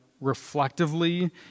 reflectively